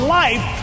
life